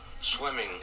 swimming